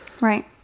Right